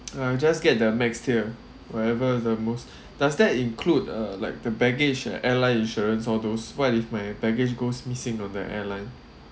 uh just get the max tier wherever the most does that include uh like the baggage and airline insurance all those what if my baggage goes missing on the airline